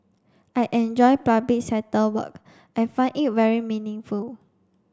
I enjoy public sector work I find it very meaningful